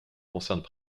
concernent